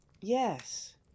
yes